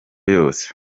yose